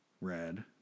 red